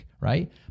Right